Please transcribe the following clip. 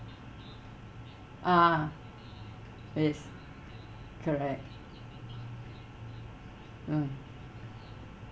ah it's correct mm